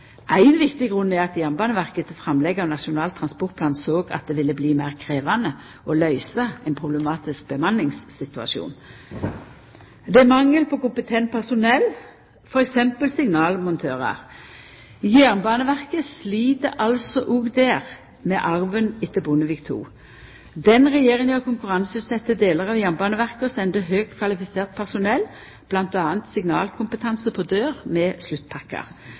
Ein viktig grunn er at Jernbaneverket, etter framlegget av Nasjonal transportplan, såg at det ville bli meir krevjande å løysa ein problematisk bemanningssituasjon. Det er mangel på kompetent personell, t.d. signalmontørar. Jernbaneverket slit der òg med arven etter Bondevik II. Den regjeringa konkurranseutsette delar av Jernbaneverket og sende høgt kvalifisert personell, m.a. signalkompetanse, på dør med sluttpakkar.